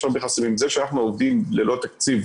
אנחנו עובדים ללא תקציב.